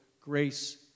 Grace